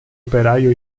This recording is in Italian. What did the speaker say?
operaio